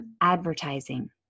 advertising